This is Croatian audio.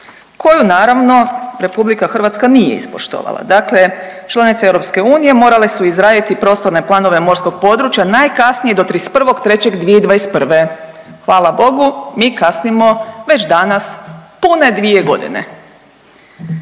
koju naravno RH nije ispoštovala. Dakle, članice EU morale su izraditi prostorne planove morskog područja najkasnije do 31.3.2021., hvala Bogu mi kasnimo već danas pune 2 godine.